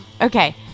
Okay